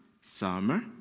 summer